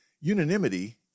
Unanimity